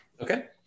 Okay